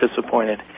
disappointed